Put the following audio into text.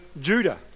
Judah